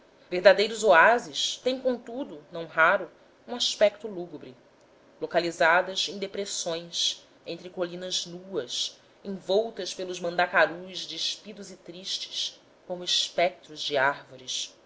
verdadeiros oásis têm contudo não raro um aspecto lúgubre localizados em depressões entre colinas nuas envoltas pelos mandacarus despidos e tristes como espectros de árvores